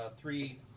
three